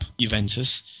Juventus